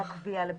בקטנה...